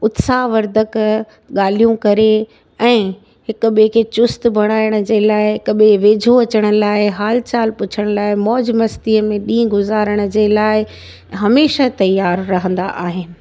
उत्साह वर्धक ॻाल्हियूं करे ऐं हिकु ॿिए खे चुस्तु बणाइण जे लाइ हिकु ॿिए वेझो अचनि लाइ हाल चाल पुछण लाइ मौज मस्तीअ में ॾींहं गुज़ारण जे लाइ हमेशह तयार रहंदा आहिनि